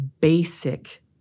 basic